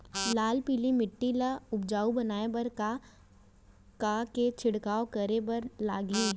लाल पीली माटी ला उपजाऊ बनाए बर का का के छिड़काव करे बर लागही?